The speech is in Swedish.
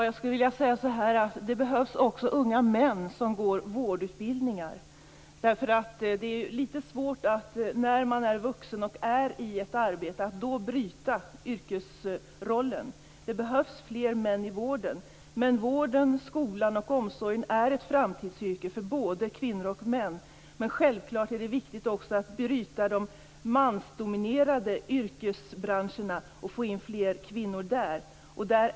Fru talman! Det behövs också unga män som går vårdutbildningar. När man är vuxen och har ett arbete är det litet svårt att gå ur yrkesrollen. Det behövs fler män i vården. Vården, skolan och omsorgen är framtidsbranscher för både kvinnor och män, men självfallet är det också viktigt att bryta de mansdominerade yrkesbranscherna och få in fler kvinnor där.